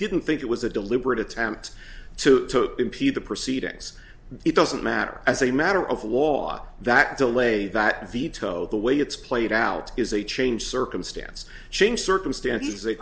didn't think it was a deliberate attempt to impede the proceedings it doesn't matter as a matter of law that delay that veto the way it's played out is a change circumstance changed circumstances they